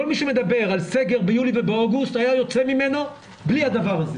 כל מי שמדבר על סגר ביולי ובאוגוסט היה יוצא בלי הדבר הזה,